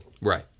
Right